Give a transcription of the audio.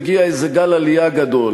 מגיע איזה גל עלייה גדול.